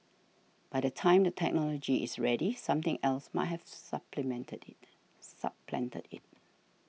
by the time the technology is ready something else might have supplemented it supplanted it